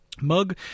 mug